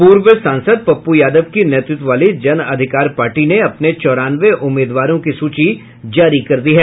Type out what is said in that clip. पूर्व सांसद पप्प् यादव की नेतृत्व वाली जन अधिकार पार्टी ने अपने चौरानवे उम्मीदवारों की सूची जारी कर दी है